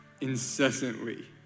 incessantly